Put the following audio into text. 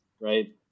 right